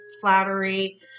flattery